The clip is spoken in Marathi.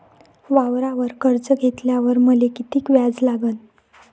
वावरावर कर्ज घेतल्यावर मले कितीक व्याज लागन?